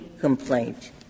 complaint